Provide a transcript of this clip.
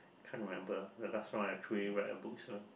trying to remember the last round I truly read a book is when